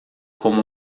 como